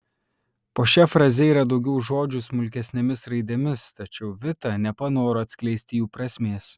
po šia fraze yra daugiau žodžių smulkesnėmis raidėmis tačiau vita nepanoro atskleisti jų prasmės